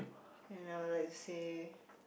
and I would like to say